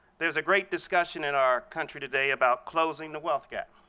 there's a great discussion in our country today about closing the wealth gap,